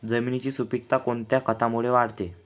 जमिनीची सुपिकता कोणत्या खतामुळे वाढते?